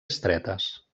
estretes